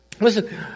Listen